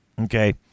okay